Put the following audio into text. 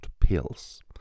pills